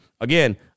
Again